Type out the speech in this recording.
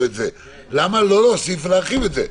למה לא להוסיף ולהרחיב את זה?